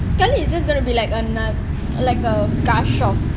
sekali it is just going to be on ah like a gush of